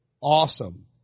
awesome